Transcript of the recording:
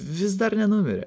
vis dar nenumirė